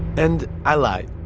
and i lied.